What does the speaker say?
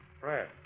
Fred